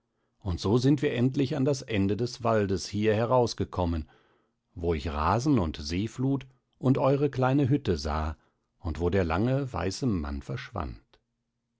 und so sind wir endlich an das ende des waldes hier herausgekommen wo ich rasen und seeflut und eure kleine hütte sah und wo der lange weiße mann verschwand